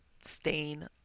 stain